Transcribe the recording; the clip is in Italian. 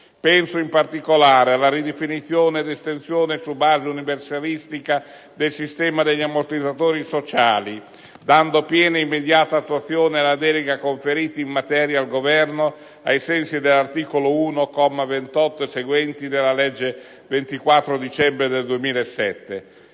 Penso in particolare alla ridefinizione ed estensione su base universalistica del sistema degli ammortizzatori sociali, dando piena ed immediata attuazione alla delega conferita in materia al Governo ai sensi dell'articolo 1, comma 28 e seguenti, della legge 24 dicembre 2007,